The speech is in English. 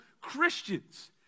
Christians